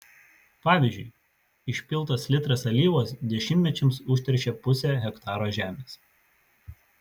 pavyzdžiui išpiltas litras alyvos dešimtmečiams užteršia pusę hektaro žemės